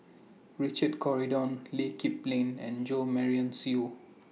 Richard Corridon Lee Kip Lin and Jo Marion Seow